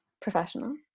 professional